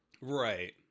Right